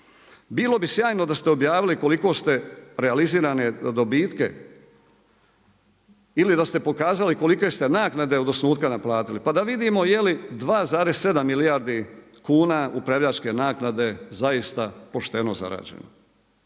Bilo bi sjajno da ste objavili koliko ste realizirane dobitke ili da ste pokazali kolike ste naknade od osnutka naplatili pa da vidimo je li 2,7 milijardi kuna upravljačke naknade zaista pošteno zarađeno.